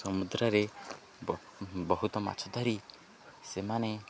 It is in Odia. ସମୁଦ୍ରରେ ବହୁତ ମାଛ ଧରି ସେମାନେ